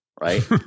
right